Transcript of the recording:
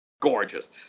gorgeous